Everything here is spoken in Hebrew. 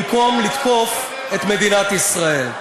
במקום לתקוף את מדינת ישראל.